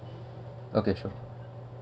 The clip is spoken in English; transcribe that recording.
okay sure